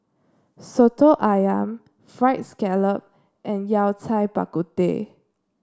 soto ayam fried scallop and Yao Cai Bak Kut Teh